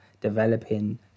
developing